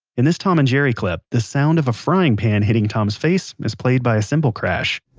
in this tom and jerry clip, the sound of a frying pan hitting tom's face is played by a cymbal crash.